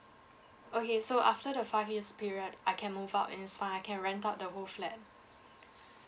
okay so after the five years period I can move out and it's fine I can rent out the whole flat